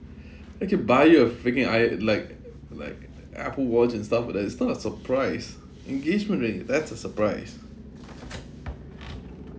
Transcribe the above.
I could buy you a freaking i~ like like apple watch and stuff that is not a surprise engagement ring that's a surprise